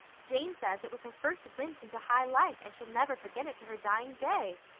jane says it was her first glimpse into high life and she'll never forget it to her dying day.